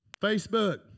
Facebook